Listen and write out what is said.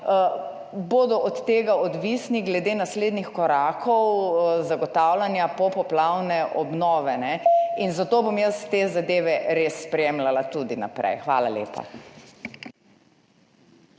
bodo od tega odvisni, glede naslednjih korakov zagotavljanja popoplavne obnove, zato bom jaz te zadeve res spremljala tudi naprej. Hvala lepa.